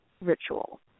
ritual